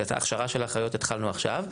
את ההכשרה של האחיות התחלנו עכשיו.